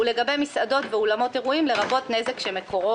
ולגבי מסעדות ואולמות אירועים לרבות נזק שמקורו